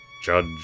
Judge